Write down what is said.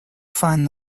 find